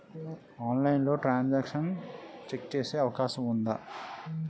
ఆన్లైన్లో transaction check చేసే అవకాశం ఉందా?